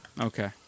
Okay